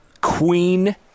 Queen